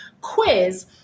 quiz